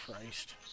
Christ